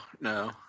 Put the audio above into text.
no